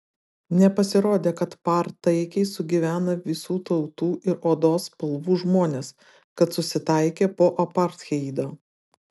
nepasirodė kad par taikiai sugyvena visų tautų ir odos spalvų žmonės kad susitaikė po apartheido